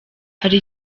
hari